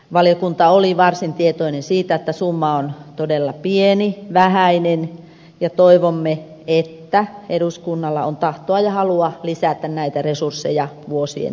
valiokunta oli varsin tietoinen siitä että summa on todella pieni vähäinen ja toivomme että eduskunnalla on tahtoa ja halua lisätä näitä resursseja vuosien myötä